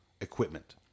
equipment